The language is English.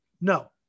no